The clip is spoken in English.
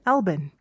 Albin